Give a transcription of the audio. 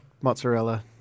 mozzarella